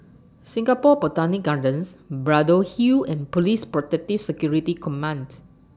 Singapore Botanic Gardens Braddell Hill and Police Protective Security Command